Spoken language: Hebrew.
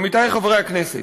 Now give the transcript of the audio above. עמיתי חברי הכנסת,